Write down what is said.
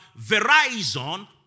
Verizon